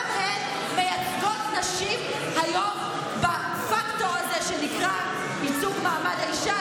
גם הן מייצגות נשים היום בפקטור הזה שנקרא ייצוג מעמד האישה,